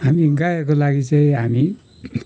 हामी गाईहरूको लागि चाहिँ हामी